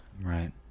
Right